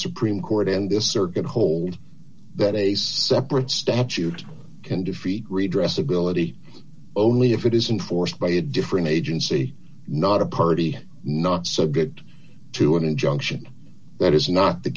supreme court in this circuit hold that is separate statute can defeat redress ability only if it isn't forced by a different agency not a party not so good to an injunction that is not the